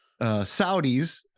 Saudis